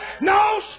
no